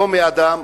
לא מאדם,